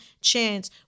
chance